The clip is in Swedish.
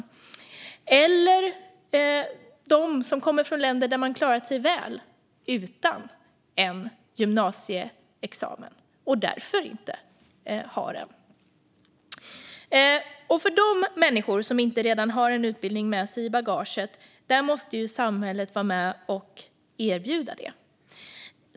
Det kan också handla om dem som kommer från länder där man har klarat sig väl utan en gymnasieexamen och därför inte har en sådan. För de människor som inte redan har en utbildning med sig i bagaget måste samhället erbjuda det.